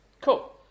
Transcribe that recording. Cool